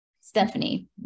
Stephanie